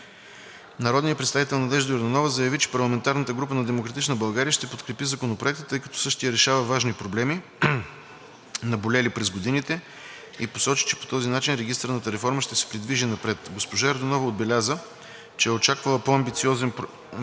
Народният представител Надежда Йорданова заяви, че парламентарната група на „Демократична България“ ще подкрепи Законопроекта, тъй като същият решава важни проблеми, наболели през годините, и посочи, че по този начин регистърната реформа ще се придвижи напред. Госпожа Йорданова отбеляза, че е очаквала по амбициозен Законопроект